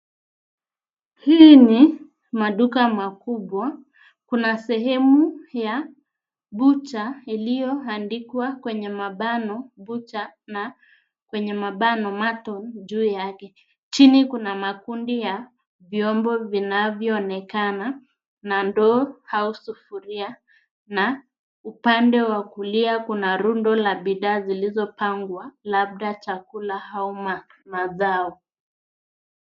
Hii ni maduka makubwa kuna sehemu ya butcher ilio andikwa kwenye mabano butcher na kwenye mabano mutton juu yake. Chini kuna makundi ya vyombo inavyoonekana na ndoo au sufuria na upande wa kulia kuna rundo la bidhaa zilizopangwa labda chakula au mazao.